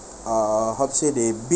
uh how to say they beat